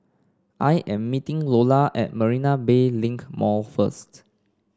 I am meeting Lola at Marina Bay Link Mall first